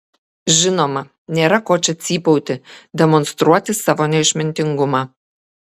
žinoma nėra ko čia cypauti demonstruoti savo neišmintingumą